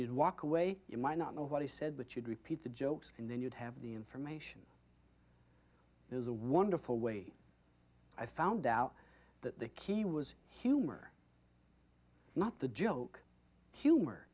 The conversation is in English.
would walk away you might not know what he said but you'd repeat the jokes and then you'd have the information is a wonderful way i found out that the key was humor not the joke humor